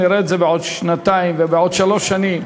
נראה את זה בעוד שנתיים ובעוד שלוש שנים,